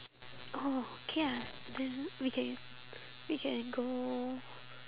oh okay ah then we can we can go